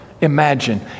imagine